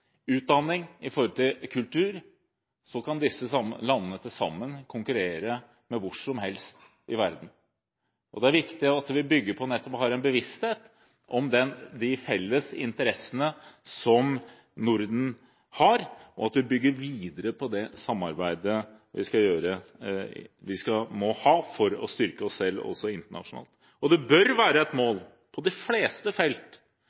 verden. Det er viktig at vi bygger på og nettopp har en bevissthet om de felles interessene som Norden har, og at vi bygger videre på det samarbeidet vi må ha for å styrke oss selv også internasjonalt. Det bør være et mål på de fleste felt